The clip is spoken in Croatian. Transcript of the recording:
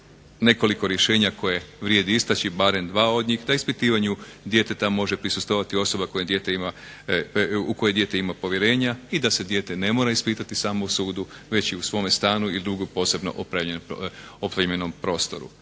nekoliko rješenja koje vrijedi istaći, barem dva od njih, da ispitivanju djeteta može prisustvovati osoba u koju dijete ima povjerenja i da se dijete ne mora ispitati samo u sudu već i u svome stanu i drugom posebno opremljenom prostoru.